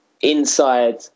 inside